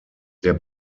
der